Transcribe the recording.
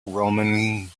roman